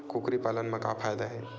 कुकरी पालन म का फ़ायदा हे?